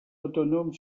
autonome